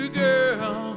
girl